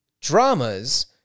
dramas